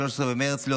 13 במרץ 2023,